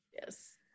yes